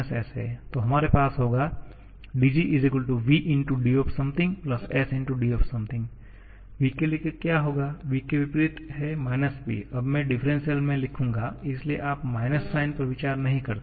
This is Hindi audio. तो हमारे पास होगा dg v × d s × d v के लिए क्या होगा v के विपरीत है -P अब मैं डिफ्रेंशिअल में लिखूंगा इसलिए आप माइनस साइन पर विचार नहीं करते हैं